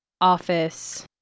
office